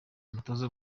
umutoza